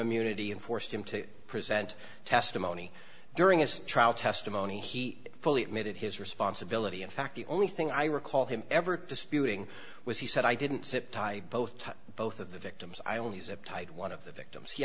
immunity and forced him to present testimony during his trial testimony he fully admitted his responsibility in fact the only thing i recall him ever disputing was he said i didn't zip tie both to both of the victims i only zip tied one of the victims he